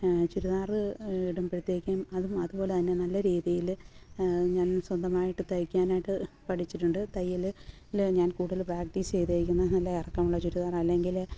ചുരിദാർ ഇടുമ്പോഴത്തേക്കും അതും അതുപോലെതന്നെ നല്ല രീതിയിൽ ഞാൻ സ്വന്തമായിട്ട് തയ്ക്കാനായിട്ട് പഠിച്ചിട്ടുണ്ട് തയ്യൽ ഞാൻ കൂടുതൽ പ്രാക്ടീസ് ചെയ്തേക്കുന്നത് നല്ല ഇറക്കമുള്ള ചുരിദാർ അല്ലെങ്കിൽ